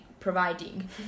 Providing